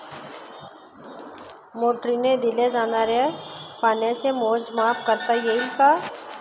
मोटरीने दिल्या जाणाऱ्या पाण्याचे मोजमाप करता येईल का?